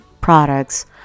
products